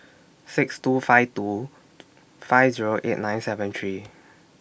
six two five two five Zero eight nine seven three